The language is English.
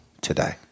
Today